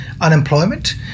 unemployment